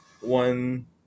one